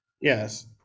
Yes